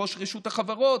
ראש רשות החברות,